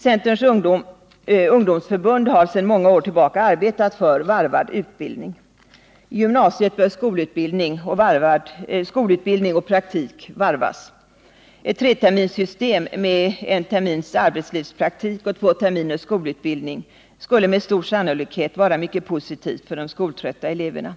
Centerns ungdomsförbund arbetar sedan många år tillbaka för varvad utbildning. På gymnasiet bör skolutbildning och praktik varvas. Ett treterminssystem med en termins arbetslivspraktik och två terminers skolutbildning skulle med stor sannolikhet vara mycket positivt för de skoltrötta eleverna.